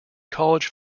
college